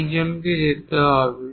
একজনকে যেতে হবে